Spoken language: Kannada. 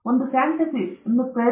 ಫ್ಯಾಂಟಸಿ ಪ್ರಯತ್ನಿಸಿ